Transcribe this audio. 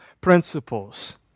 principles